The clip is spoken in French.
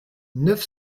neuf